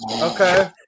okay